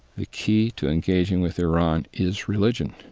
the key to engaging with iran is religion.